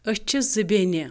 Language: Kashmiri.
أسۍ چھِ زٕ بیٚنہِ